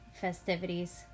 festivities